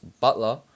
Butler